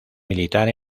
militar